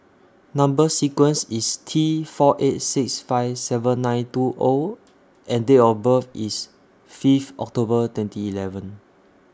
Number sequence IS T four eight six five seven nine two O and Date of birth IS Fifth October twenty eleven